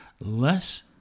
less